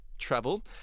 travel